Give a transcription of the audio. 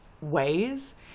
ways